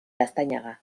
gaztañaga